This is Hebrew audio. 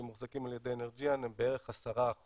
שמוחזקים על ידי אנרג'יאן הם בערך 10%